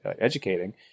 educating